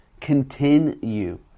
Continue